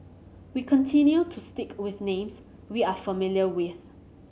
we continue to stick with names we are familiar with